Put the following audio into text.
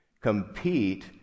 compete